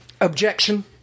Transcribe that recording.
Objection